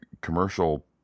commercial